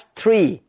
three